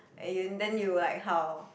and you then you like how